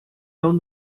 tão